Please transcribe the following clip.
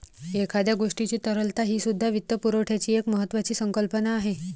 एखाद्या गोष्टीची तरलता हीसुद्धा वित्तपुरवठ्याची एक महत्त्वाची संकल्पना आहे